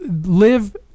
live